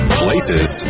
places